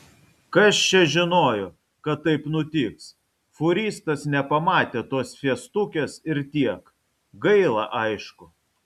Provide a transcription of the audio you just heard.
kas čia žinojo kad taip nutiks fūristas nepamatė tos fiestukės ir tiek gaila aišku